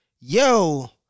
Yo